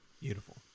Beautiful